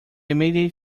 immediate